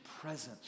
presence